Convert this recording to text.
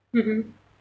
mmhmm